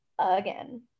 again